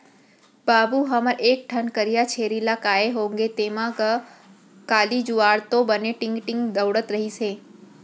बाबू हमर एक ठन करिया छेरी ला काय होगे तेंमा गा, काली जुवार तो बने टींग टींग दउड़त रिहिस हे